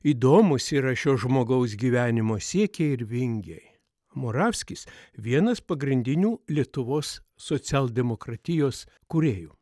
įdomūs yra šio žmogaus gyvenimo siekiai ir vingiai moravskis vienas pagrindinių lietuvos socialdemokratijos kūrėjų